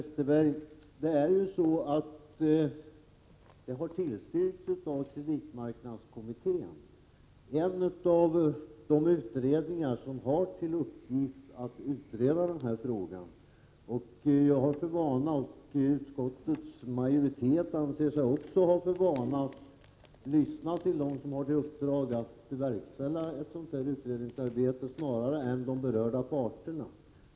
Fru talman! Det är ju så, Per Westerberg, att förslaget har tillstyrkts av kreditmarknadskommittén, en av de utredningar som har till upgift att utreda den här frågan. Jag har för vana, och utskottets majoritet anser sig också ha för vana, att lyssna till dem som har i uppdrag att verkställa ett sådant utredningsarbete snarare än till de berörda parterna.